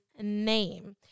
name